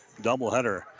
doubleheader